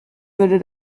würde